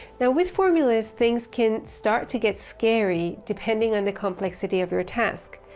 now, with formulas, things can start to get scary depending on the complexity of your task.